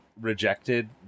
rejected